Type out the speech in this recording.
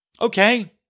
Okay